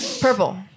Purple